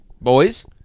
boys